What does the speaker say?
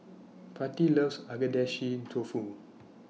Patti loves Agedashi Dofu